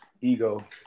Ego